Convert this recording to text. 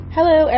Hello